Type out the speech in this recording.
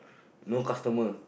no customer